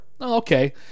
Okay